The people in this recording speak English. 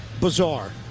bizarre